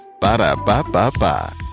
Ba-da-ba-ba-ba